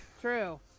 True